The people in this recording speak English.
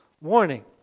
Warning